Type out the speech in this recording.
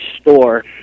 store